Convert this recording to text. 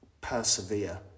persevere